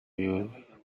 you